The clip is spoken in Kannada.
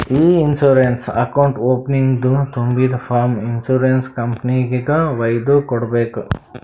ಇ ಇನ್ಸೂರೆನ್ಸ್ ಅಕೌಂಟ್ ಓಪನಿಂಗ್ದು ತುಂಬಿದು ಫಾರ್ಮ್ ಇನ್ಸೂರೆನ್ಸ್ ಕಂಪನಿಗೆಗ್ ವೈದು ಕೊಡ್ಬೇಕ್